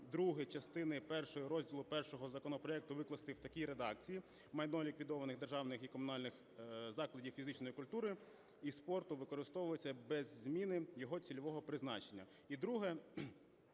другий частини першої розділу І законопроекту викласти в такій редакції: "Майно ліквідованих державних і комунальних закладів фізичної культури і спорту використовується без зміни його цільового призначення";